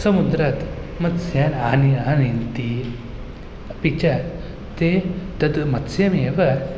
समुद्रात् मत्स्यान् आनीय आनयन्ति अपि च ते तद् मत्स्यमेव